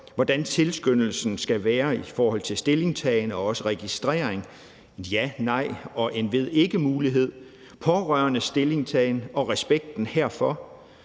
hvordan tilskyndelsen i forhold til stillingtagen og registrering skal være, en ja-, nej- og ved ikke-mulighed, pårørendes stillingtagen og respekten herfor,